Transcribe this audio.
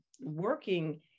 working